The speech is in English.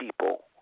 people